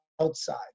outside